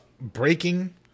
breaking